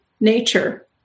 nature